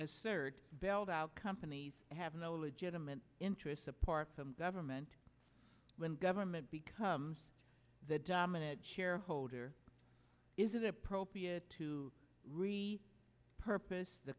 assert bailed out companies have no legitimate interests apart from government when government becomes the dominant shareholder is it appropriate to really purpose the